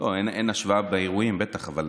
אין השוואה באירועים, בטח, אבל